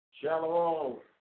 Shallow